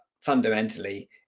fundamentally